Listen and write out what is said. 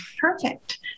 Perfect